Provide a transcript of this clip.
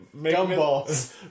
gumballs